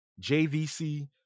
JVC